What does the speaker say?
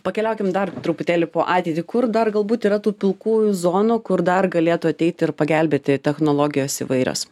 pakeliaukim dar truputėlį po ateitį kur dar galbūt yra tų pilkųjų zonų kur dar galėtų ateiti ir pagelbėti technologijos įvairios